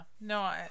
no